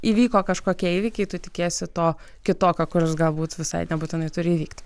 įvyko kažkokie įvykiai tu tikiesi to kitokio kuris galbūt visai nebūtinai turi įvykt